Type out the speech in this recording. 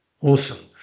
awesome